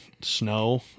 snow